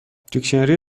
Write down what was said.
دیکشنری